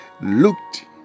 Looked